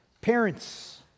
parents